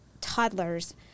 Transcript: toddlers